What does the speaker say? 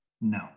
No